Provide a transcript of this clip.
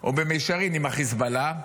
או במישרין עם החיזבאללה,